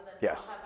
Yes